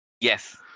yes